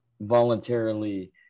voluntarily